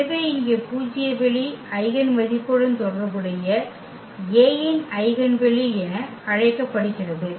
எனவே இங்கே பூஜ்ய வெளி ஐகென் மதிப்பு உடன் தொடர்புடைய A இன் ஐகென் வெளி என அழைக்கப்படுகிறது